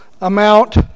amount